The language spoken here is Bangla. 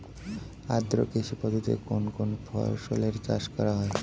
আদ্র কৃষি পদ্ধতিতে কোন কোন ফসলের চাষ করা হয়?